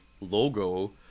logo